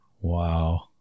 Wow